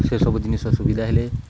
ସେସବୁ ଜିନିଷର ସୁବିଧା ହେଲେ